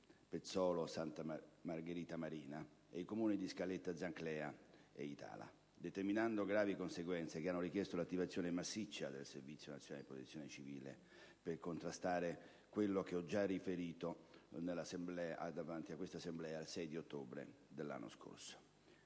Pezzolo, Santa Margherita Marina, i Comuni di Scaletta Zanclea e Itala, determinando gravi conseguenze che hanno richiesto l'attivazione massiccia del servizio nazionale di protezione civile per contrastare quello che ho già riferito davanti a questa Assemblea il 6 ottobre dell'anno scorso.